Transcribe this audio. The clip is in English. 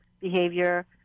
behavior